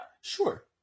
Sure